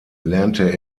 lernte